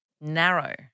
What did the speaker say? Narrow